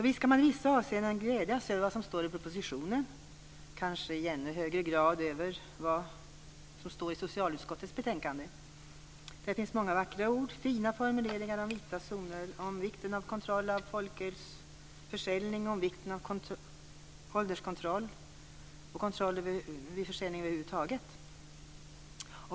Visst kan man i vissa avseenden glädjas över det som står i propositionen, kanske i ännu högre grad över det som står i socialutskottets betänkande. Där finns många vackra ord, fina formuleringar om vita zoner, om vikten av kontroll av folkölsförsäljning, om vikten av ålderskontroll och kontroll vid försäljning över huvud taget.